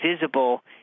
visible